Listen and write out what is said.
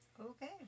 Okay